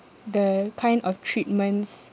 the kind of treatments